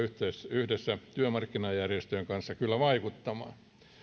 yhdessä työmarkkinajärjestöjen kanssa kyllä vaikuttamaan